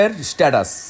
status